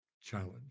challenge